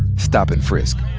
stop and frisk.